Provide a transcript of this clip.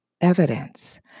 evidence